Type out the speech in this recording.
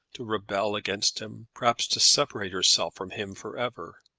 to rebel against him perhaps to separate herself from him for ever,